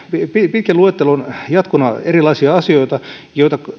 pitkän luettelon jatkona monia monia erilaisia asioita joita